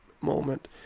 moment